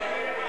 מי בעד?